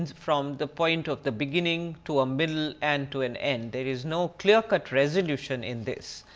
and from the point of the beginning to a middle and to an end. there is no clear-cut resolution in this.